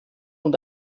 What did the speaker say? und